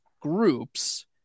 groups